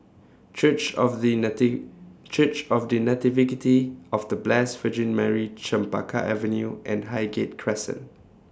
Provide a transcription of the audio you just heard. Church of The Nati Church of The of The Blessed Virgin Mary Chempaka Avenue and Highgate Crescent